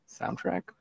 soundtrack